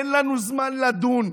אין לנו זמן לדון.